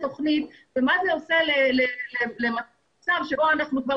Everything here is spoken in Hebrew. אז תחשבי מה זה עושה לתוכנית ולמצב שבו אנחנו כבר